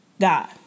God